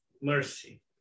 mercy